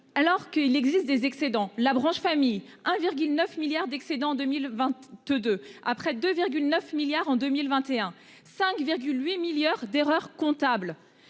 Alors qu'il existe des excédents. La branche famille hein. Virgil 9 milliards d'excédent en 2022 à près de 9 milliards en 2021 5, 8 milliards d'erreurs comptables.